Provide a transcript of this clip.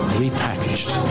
repackaged